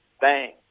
bang